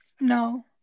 No